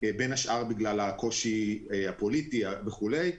בין השאר בגלל הקושי הפוליטי וכולי.